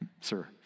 sir